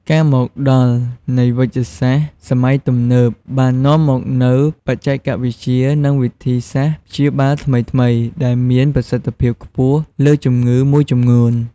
ការមកដល់នៃវេជ្ជសាស្ត្រសម័យទំនើបបាននាំមកនូវបច្ចេកវិទ្យា និងវិធីសាស្ត្រព្យាបាលថ្មីៗ ដែលមានប្រសិទ្ធភាពខ្ពស់លើជំងឺមួយចំនួន។